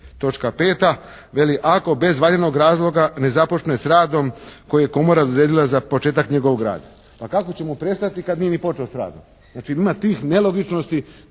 točka 5. veli, ako bez valjanog razloga ne započne s radom koje je Komora odredila za početak njegovog rada. Pa kako će mu prestati kad nije ni počeo sa radom? Znači ima tih nelogičnosti